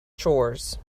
chores